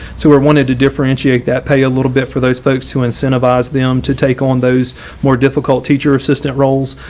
so we're wanting to differentiate that pay a little bit for those folks to incentivize them to take on those more difficult teacher assistant roles.